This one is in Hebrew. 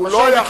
לא.